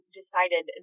decided